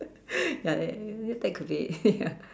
ya ya that could be it ya